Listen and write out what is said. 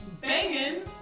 banging